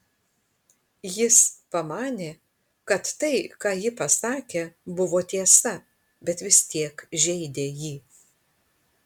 jis pamanė kad tai ką ji pasakė buvo tiesa bet vis tiek žeidė jį